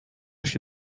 się